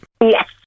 Yes